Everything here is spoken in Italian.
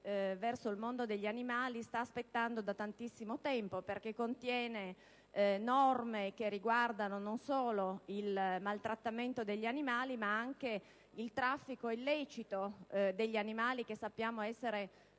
verso il mondo degli animali stanno aspettando da tantissimo tempo, perché contiene norme che riguardano non solo il maltrattamento degli animali, ma anche il traffico illecito degli animali, che sappiamo essere